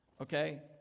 okay